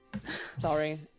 Sorry